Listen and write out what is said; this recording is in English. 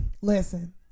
listen